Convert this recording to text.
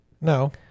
No